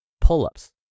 pull-ups